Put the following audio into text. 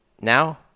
now